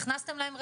הכנסתם להן רפורמה,